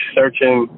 searching